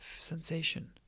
sensation